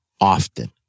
often